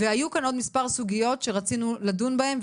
היו כאן עוד מספר סוגיות שרצינו לדון בהן,